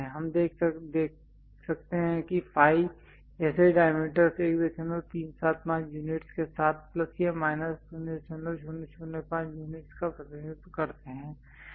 हम देख सकते हैं कि फाई जैसे डायमीटरस् 1375 यूनिट्स के साथ प्लस या माइनस 0005 यूनिट्स का प्रतिनिधित्व करते हैं